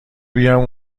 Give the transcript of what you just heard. بیام